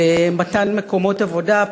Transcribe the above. מתן מקומות עבודה,